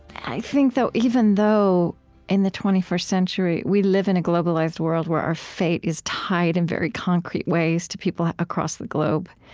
i think, even though in the twenty first century we live in a globalized world where our fate is tied in very concrete ways to people across the globe,